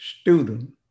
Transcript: student